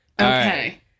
okay